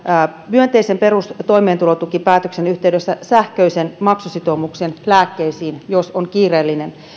myönteisen perustoimeentulotukipäätöksen yhteydessä myöskin sähköisen maksusitoumuksen lääkkeisiin jos on kiireellinen